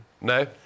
No